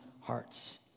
hearts